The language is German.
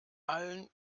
allen